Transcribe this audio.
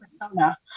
persona